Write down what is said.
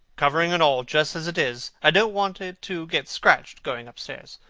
covering and all, just as it is? i don't want it to get scratched going upstairs.